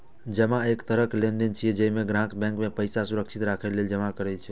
जमा एक तरह लेनदेन छियै, जइमे ग्राहक बैंक मे पैसा सुरक्षित राखै लेल जमा करै छै